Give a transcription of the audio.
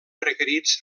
requerits